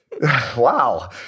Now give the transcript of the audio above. Wow